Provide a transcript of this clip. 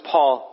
Paul